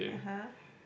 (uh huh)